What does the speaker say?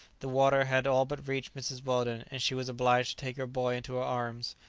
the water had all but reached mrs. weldon, and she was obliged to take her boy into her arms.